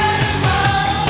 Animal